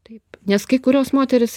taip nes kai kurios moterys